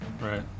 Right